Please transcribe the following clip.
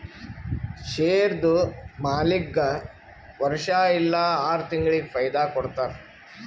ಶೇರ್ದು ಮಾಲೀಕ್ಗಾ ವರ್ಷಾ ಇಲ್ಲಾ ಆರ ತಿಂಗುಳಿಗ ಫೈದಾ ಕೊಡ್ತಾರ್